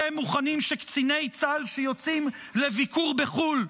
אתם מוכנים שקציני צה"ל שיוצאים לביקור בחו"ל,